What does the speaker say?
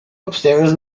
upstairs